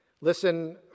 Listen